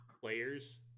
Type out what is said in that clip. players